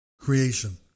creation